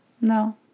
No